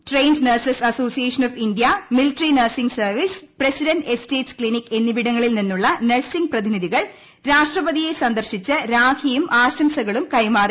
trained nurses association of India military nursing service president's estate clinic എന്നിവിടങ്ങളിൽ നിന്നുള്ള nursing പ്രതിനിധികൾ രാഷ്ട്രപതിയെ സന്ദർശിച്ച് രാഖിയും ആൾൾൾക്ളും കൈമാറി